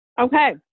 Okay